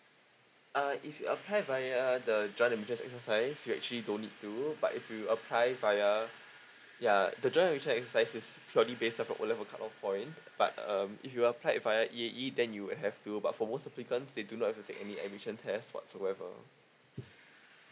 uh if you apply via the join the mutual exercise you actually don't need to but if you apply via ya the join the mutual exercise is purely based on cut off point but um if you apply with via E A E then you will have to but for most applicants they do not have to take any admission test whatsoever